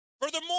Furthermore